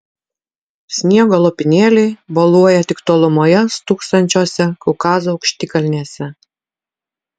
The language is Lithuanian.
sniego lopinėliai boluoja tik tolumoje stūksančiose kaukazo aukštikalnėse